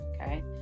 Okay